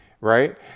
Right